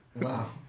Wow